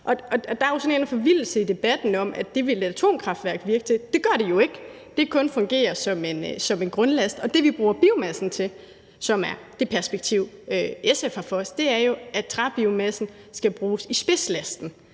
Der er jo sådan en forvildelse i debatten om, at der ville et atomkraftværk virke. Det gør det jo ikke. Det kan kun fungere som en grundlast. Og det, vi bruger biomassen til, som er det perspektiv, SF har, er jo, at træbiomassen skal bruges i spidslasten,